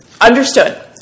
Understood